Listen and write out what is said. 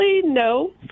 no